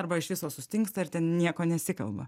arba iš viso sustingsta ir ten nieko nesikalba